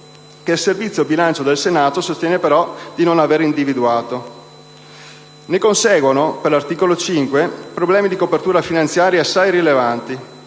che il Servizio bilancio del Senato sostiene di non avere individuato. Ne conseguono, per l'articolo 5, problemi di copertura finanziaria assai rilevanti,